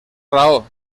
raó